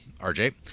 RJ